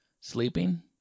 sleeping